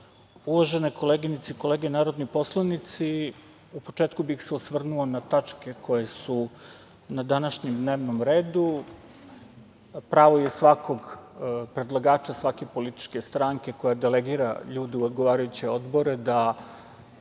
koleginice i kolege narodni poslanici, u početku bih se osvrnuo na tačke koje su na današnjem dnevnom redu. Pravo je svakog predlagača, svake političke stranke koja delegira ljude u odgovarajuće odbore, da